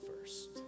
first